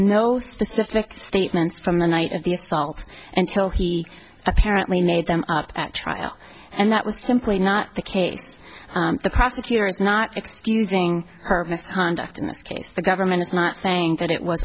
no specific statements from the night of the assault until he apparently made them at trial and that was simply not the case the prosecutor is not excusing her misconduct in this case the government is not saying that it was